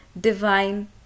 divine